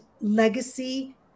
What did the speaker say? legacy